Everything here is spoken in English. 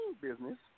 business –